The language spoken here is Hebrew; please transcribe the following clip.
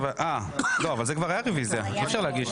לא, אבל זה כבר היה רוויזיה, אז אי-אפשר להגיש.